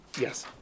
Yes